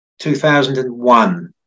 2001